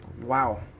Wow